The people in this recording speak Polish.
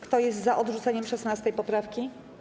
Kto jest za odrzuceniem 16. poprawki?